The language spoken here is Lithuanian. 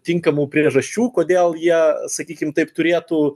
tinkamų priežasčių kodėl jie sakykim taip turėtų